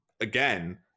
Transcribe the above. again